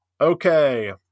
Okay